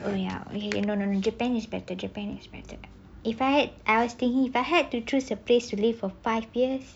oh ya okay no no no japan is better japan is better if I I was thinking if I had to choose a place to live for five years